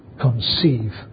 conceive